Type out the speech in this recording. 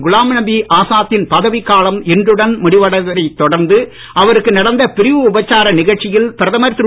குலாம் நபி ஆசாத்தின் பதவிக்காலம் இன்றுடன் முடிவடைவதை தொடர்ந்து அவருக்கு நடந்த பிரிவு உபச்சார நிகழ்ச்சியில் பிரதமர் திரு